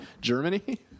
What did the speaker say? Germany